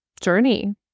journey